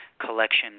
collection